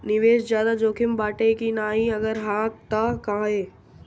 निवेस ज्यादा जोकिम बाटे कि नाहीं अगर हा तह काहे?